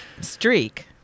streak